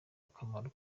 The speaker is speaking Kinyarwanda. akamaro